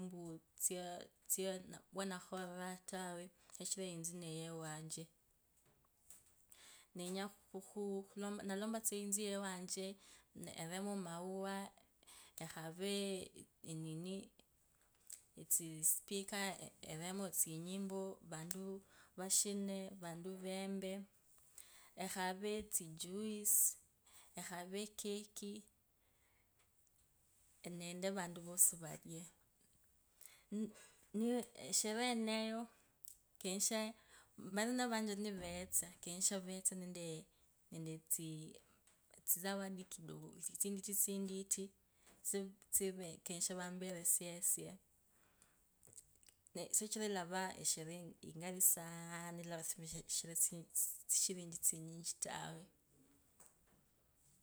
𝖳𝗌𝗂𝖺 𝗍𝗌𝗂𝖺 𝗐𝖺𝗇𝖽𝖺𝗄𝗁𝗈𝗌𝗂𝗋𝖺 𝗍𝖺𝗐𝖾 𝗌𝗁𝗂𝖼𝗁𝗂𝗋𝖺 𝖾𝗒𝗂𝗍𝗌𝗎 𝗇𝖾𝗒𝖾 𝗐𝖺𝗇𝗃𝖾 𝗇𝖾𝗇𝗒𝖺 𝗈𝗄𝗁𝗎𝗋𝗎 𝗄𝗁𝗎𝗎 𝗄𝗁𝗎𝗅𝗈 𝗇𝖽𝖺𝗅𝗈𝗆𝖻𝖺 𝗅𝗌𝖺 𝖾𝗒𝗋𝗂𝗌𝗎 𝗒𝖾𝗐𝖺𝗇𝗃𝖾 𝖾𝗋𝖾𝗆𝗈 𝗆𝖺𝗏𝖺 𝖾𝗄𝗁𝖺𝗋𝖾 𝗍𝗌𝗂𝗌𝗉𝖾𝖺𝗄𝖾𝗋 𝖾𝗋𝖾𝗆𝗈 𝗍𝗌𝗂𝗇𝗒𝗂𝗆𝖻𝗈 𝗈𝗏𝖺𝗇𝗍𝗎 𝗏𝖺𝗌𝗁𝗂𝗇𝖾 𝖺𝗏𝖺𝗇𝗍𝗎 𝗏𝖾𝗆𝗉𝖾𝖾 𝖾𝗄𝗁𝖺𝗏𝖾 𝗍𝗌𝗂𝖼𝗁𝗎𝗂𝗌𝗂 𝖾𝗄𝗁𝖺𝗏𝖾 𝖾𝗄𝖾𝗄𝗂 𝗇𝖾𝗇𝖽𝖾 𝗈𝗏𝖺𝗇𝗍𝗎 𝗋𝗈𝗌𝗂 𝗏𝖺𝗅𝗒𝖾 𝗇𝖾𝖾 𝖾𝗌𝗁𝖾𝗋𝖾𝗁𝖾 𝗒𝖾𝗇𝖾𝗒𝗎 𝗄𝖾𝗇𝗒𝖾𝗄𝗁𝖺 𝗏𝖺𝗅𝗂𝗇𝖺 𝗏𝖺𝗇𝗃𝖾 𝗏𝗂𝗏𝖾𝗍𝗌𝖺 𝗄𝖾𝗇𝗒𝖾𝗄𝗁𝖺 𝗏𝖾𝗍𝗌𝖾 𝗇𝖾𝗇𝖽𝖾𝖾 𝗇𝖾𝗇𝖽𝖾𝖾 𝗍𝗌𝗂 𝗍𝗌𝗂𝗓𝖺𝗐𝖺𝖽𝗂 𝗄𝖺𝖽𝗈 𝗍𝗌𝗂𝗇𝖽𝗂𝗍𝗂 𝗍𝗌𝗂𝗇𝖽𝗂𝗍𝗂 𝗍𝗌𝗂𝗏𝖾 𝗍𝗌𝗂𝗏𝖾 𝗄𝖾𝗇𝗒𝖺𝗄𝗁𝖺𝗇𝖺 𝗏𝖺𝗆𝗉𝖾𝗋𝖾𝗌𝗒𝖾 𝖾𝗌𝗂𝖾 𝗌𝗁𝗂𝖼𝗁𝗂𝗋𝖺 𝗂𝗅𝖺𝗏𝖺 𝖺𝗌𝗁𝖾𝗋𝖾𝗁𝖾 𝗂𝗇𝗀𝖺𝗅𝗂 𝗌𝖺𝖺𝗇𝖺 𝗂𝗅𝖺𝗋𝗎𝗆𝗂𝗌𝗁𝗂𝖺 𝗍𝗌𝗂𝗌𝗁𝗂𝗋𝗂𝗇𝗃𝗂 𝗍𝗌𝗂𝗌𝗁𝗂𝗋𝗂 𝗍𝗌𝗂𝗌𝗁𝗂𝗋𝗂𝗇𝗃𝗂 𝗍𝗌𝗂𝗇𝗒𝗂𝗇𝗃𝗂 𝗍𝖺𝗐𝖾.